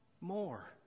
more